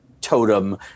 totem